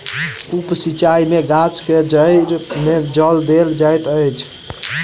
उप सिचाई में गाछ के जइड़ में जल देल जाइत अछि